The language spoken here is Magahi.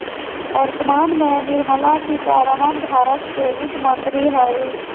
वर्तमान में निर्मला सीतारमण भारत के वित्त मंत्री हइ